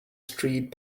street